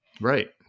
Right